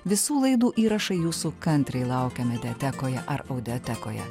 visų laidų įrašai jūsų kantriai laukia mediatekoje ar audiotekoje